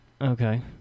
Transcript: Okay